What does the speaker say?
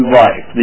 life